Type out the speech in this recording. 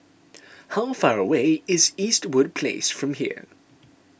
how far away is Eastwood Place from here